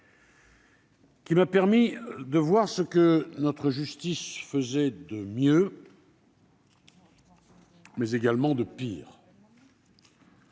qui m'a permis d'observer ce que notre justice faisait de meilleur, mais également de pire.